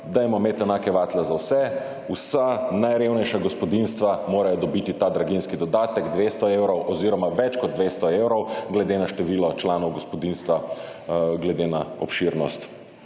dajmo imeti enake vatle za vse. Vsa najrevnejša gospodinjstva morajo dobiti ta draginjski dodatek 200 evrov oziroma več kot 200 evrov glede na število članov gospodinjstva glede na obširnost